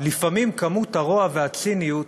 לפעמים כמות הרוע והציניות,